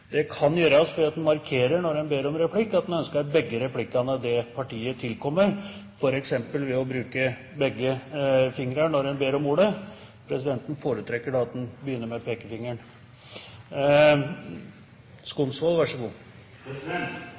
Det kan gjøres ved at en markerer når en ber om replikk, at en ønsker begge replikkene det partiet tilkommer, f.eks. ved å bruke begge fingre når en ber om ordet. Presidenten foretrekker da at en begynner med pekefingeren!